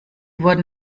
wurden